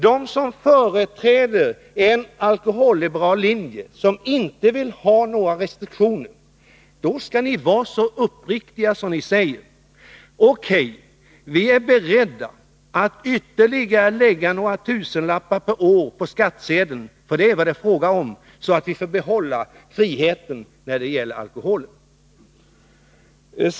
Ni som företräder en alkoholliberal linje och inte vill ha några restriktioner bör vara så uppriktiga att ni säger: O.K., vi är beredda att ytterligare lägga några tusenlappar per år på skattsedeln — för det är detta som det är fråga om —, så att vi får behålla friheten när det gäller alkoholen.